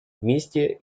вместе